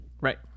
Right